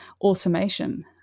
automation